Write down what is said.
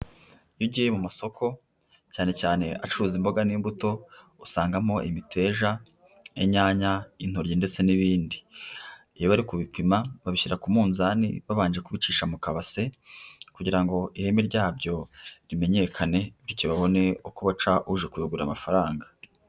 Iyo ugiye mu masoko cyane cyane acuruza imboga n'imbuto usangamo imiteja, inyanya, intoryi ndetse n'ibindi, iyo bari kubipima babishyira ku munzani babanje kubicisha mu kabase kugira ngo ireme ryabyo rimenyekane bityo babone uko baca uje kubigura amafaranga.